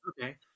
Okay